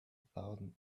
thousand